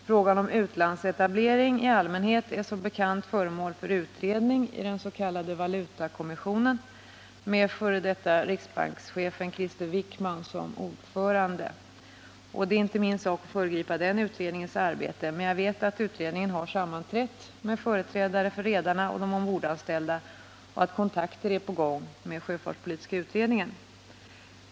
Frågan om utlandsetablering i allmänhet är som bekant föremål för utredning i den s.k. valutakommissionen, under ordförandeskap av f. d. riksbankschefen Krister Wickman. Det är inte min sak att föregripa den utredningens arbete, men jag vet att den har sammanträtt med företrädare för redarna och de ombordanställda liksom att kontakter med sjöfartspolitiska utredningen är på gång.